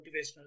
motivational